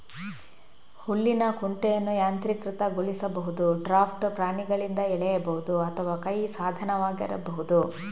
ಹುಲ್ಲಿನ ಕುಂಟೆಯನ್ನು ಯಾಂತ್ರೀಕೃತಗೊಳಿಸಬಹುದು, ಡ್ರಾಫ್ಟ್ ಪ್ರಾಣಿಗಳಿಂದ ಎಳೆಯಬಹುದು ಅಥವಾ ಕೈ ಸಾಧನವಾಗಿರಬಹುದು